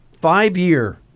Five-year